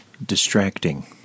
distracting